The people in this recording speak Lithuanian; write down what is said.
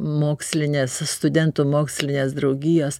mokslinės studentų mokslinės draugijos